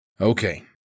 Okay